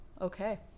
Okay